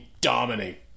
dominate